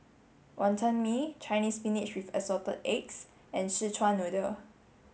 Wonton Mee Chinese spinach with assorted eggs and Szechuan noodle